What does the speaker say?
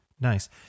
Nice